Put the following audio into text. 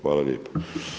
Hvala lijepa.